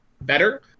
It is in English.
better